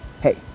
hey